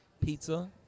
Pizza